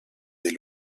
des